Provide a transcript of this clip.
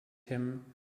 him